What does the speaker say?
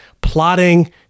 plotting